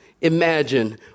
Imagine